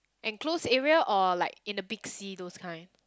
enclosed area or like in the big sea those kind